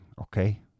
okay